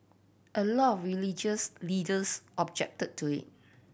a lot of religious leaders objected to it